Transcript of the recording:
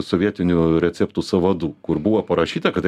sovietinių receptų sąvadų kur buvo parašyta kad